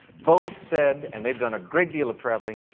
both said, and they've done a great deal of traveling,